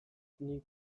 nik